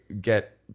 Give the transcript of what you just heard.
get